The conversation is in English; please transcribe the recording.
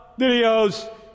videos